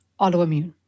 Autoimmune